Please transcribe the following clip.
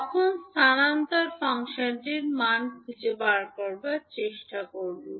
তখন স্থানান্তর ফাংশনটির মান খুঁজে বের করার চেষ্টা করব